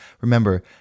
Remember